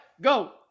Go